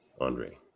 Andre